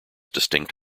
distinct